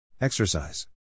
Exercise